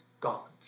God's